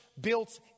built